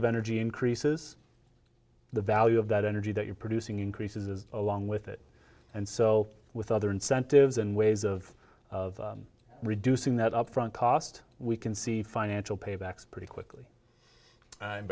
of energy increases the value of that energy that you're producing increases along with it and so with other incentives and ways of reducing that upfront cost we can see financial paybacks pretty quickly